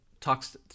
talks